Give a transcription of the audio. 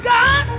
God